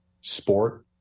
sport